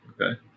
Okay